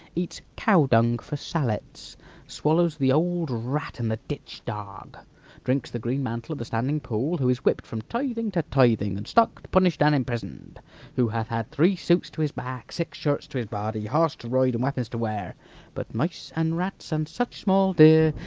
eats cow-dung for sallets swallows the old rat and the ditch-dog drinks the green mantle of the standing pool who is whipped from tithing to tithing, and stocked, punished, and imprisoned who hath had three suits to his back, six shirts to his body, horse to ride, and weapons to wear but mice and rats, and such small deer,